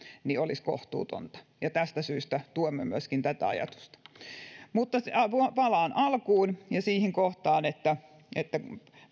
niin se olisi kohtuutonta tästä syystä tuemme myöskin tätä ajatusta palaan alkuun ja siihen kohtaan että että